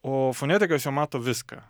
o fonetika čia mato viską